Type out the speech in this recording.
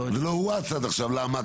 זה לא הואץ עד עכשיו למה?